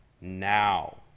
now